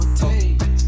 take